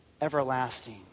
everlasting